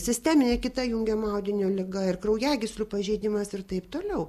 sisteminė kita jungiamojo audinio liga ir kraujagyslių pažeidimas ir taip toliau